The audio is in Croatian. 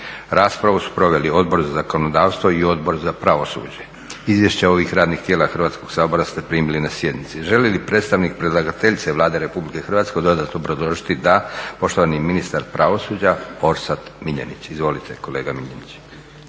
Raspravu su proveli Odbor za zakonodavstvo i Odbor za pravosuđe. Izvješće ovih radnih tijela Hrvatskog sabora ste primili na sjednici. Želi li predstavnik predlagateljice Vlade RH dodatno obrazložiti? Da. Poštovani ministar pravosuđa, Orsat Miljenić. Izvolite kolega Miljenić.